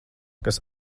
kas